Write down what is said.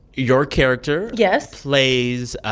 your character. yes. plays.